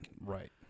right